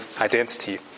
identity